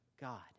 God